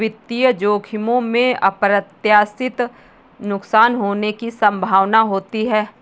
वित्तीय जोखिमों में अप्रत्याशित नुकसान होने की संभावना होती है